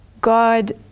God